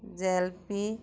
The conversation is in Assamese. জেলেপী